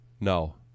No